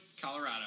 Colorado